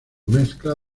mezcla